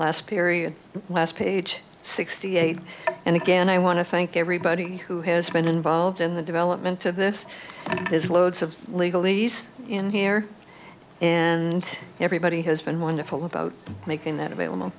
last period last page sixty eight and again i want to thank everybody who has been involved in the development of this there's loads of legal these in here and everybody has been wonderful about making that available